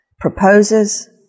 proposes